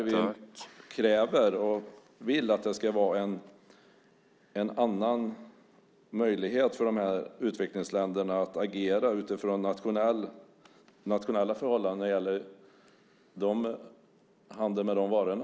Vi kräver en annan möjlighet för utvecklingsländerna att agera utifrån nationella förhållanden när det gäller handel med de varorna.